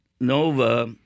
nova